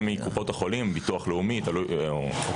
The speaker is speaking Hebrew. זה מקופות החולים, ביטוח לאומי או צה"ל.